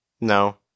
No